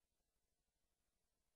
אבל זה סך הכול הרצח,